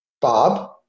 Bob